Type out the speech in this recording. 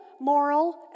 moral